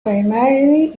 primarily